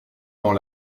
dans